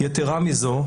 יתרה מזו,